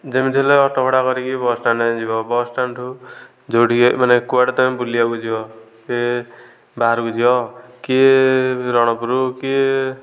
ଯେମିତି ହେଲେ ଅଟୋ ଭଡ଼ା କରିକି ବସଷ୍ଟାଣ୍ଡ ଯିବ ଵସଷ୍ଟାଣ୍ଡରୁ ଯେଉଁଠିକି ମାନେ କୁଆଡ଼େ ତ ବୁଲିବାକୁ ଯିବ କିଏ ବାହାରକୁ ଯିବ କିଏ ରଣପୁର କିଏ